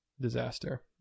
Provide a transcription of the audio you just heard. disaster